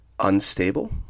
Unstable